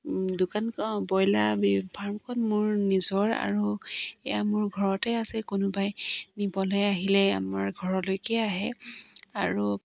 দোকান অ' ব্ৰইলাৰ ফাৰ্মখন মোৰ নিজৰ আৰু এয়া মোৰ ঘৰতে আছে কোনোবাই নিবলৈ আহিলে আমাৰ ঘৰলৈকে আহে আৰু